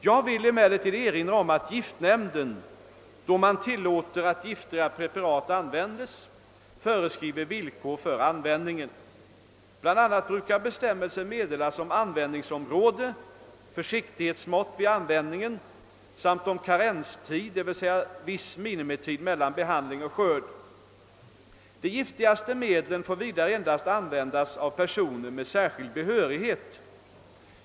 Jag vill emellertid erinra om att giftnämnden — då man tillåter att giftiga preparat används — föreskriver villkor för användningen. Bl. a. brukar bestämmelser meddelas om användningsområde, försiktighetsmått vid användningen samt om karenstid, d. v. s. viss minimitid mellan behandling och skörd. De giftigaste medlen får vidare endast användas av personer med särskild behörighet.